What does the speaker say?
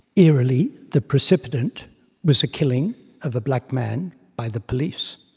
eerily, the precipitant was the killing of a black man by the police.